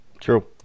True